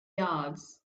yards